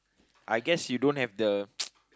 I guess you don't have the